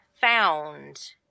found